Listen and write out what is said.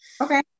Okay